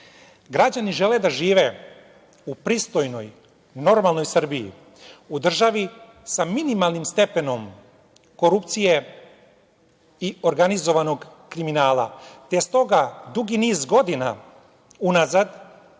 penzije. Građani žele da žive u pristojnoj, normalno Srbiji, u državi sa minimalnim stepenom korupcije i organizovanog kriminala, te stoga dugi niz godina unazad